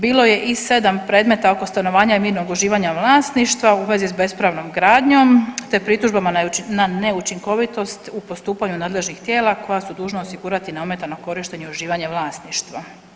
Bilo je i 7 predmeta oko stanovanja i mirnog uživanja vlasništva u vezi s bespravnom gradnjom te pritužbama na neučinkovitost u postupanju nadležnih tijela koja su dužna osigurati neometano korištenje i uživanje vlasništva.